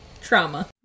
Trauma